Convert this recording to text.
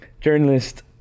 journalist